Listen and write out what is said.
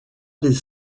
les